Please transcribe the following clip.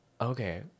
Okay